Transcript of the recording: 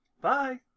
Bye